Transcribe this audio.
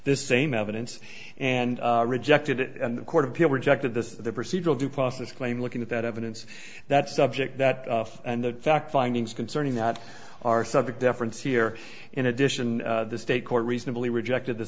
this same evidence and rejected it and the court of appeal rejected this procedural due process claim looking at that evidence that subject that and the fact findings concerning that are subject deference here in addition the state court reasonably rejected the